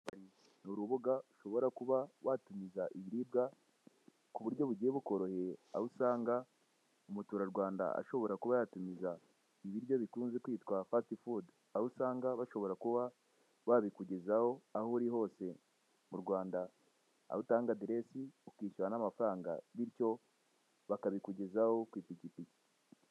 Urubuga ushobora kuba watumiza ibiribwa ku buryo bugiye bukoroheye, aho usanga umuturarwanda yatumiza ibiryo bikunze kwitwa fasiti fudu, aho usanga bashobora kuba babikugezaho aho uri hose mu Rwanda, aho utanga aderesi ukushyura n'amafaranga bityo bakabikugezaho ku ipikipiki.